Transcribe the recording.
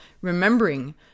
remembering